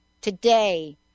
Today